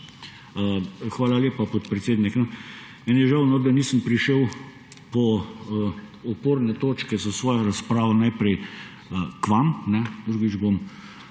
Hvala lepa, podpredsednik. Meni je žal, da nisem prišel po oporne točke za svojo razpravo najprej k vam.